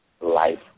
life